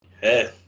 hey